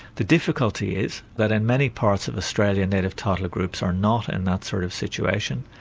the difficulty is that in many parts of australia, native title groups are not in that sort of situation.